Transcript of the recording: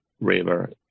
River